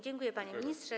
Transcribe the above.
Dziękuję, panie ministrze.